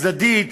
צדדית,